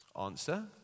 Answer